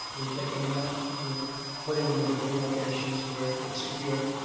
we've taken them out and we're putting them in different locations where it's secure.